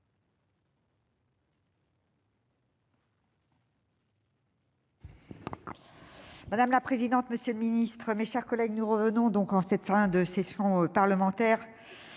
Madame la présidente, monsieur le secrétaire d'État, mes chers collègues, nous revenons donc en cette fin de session parlementaire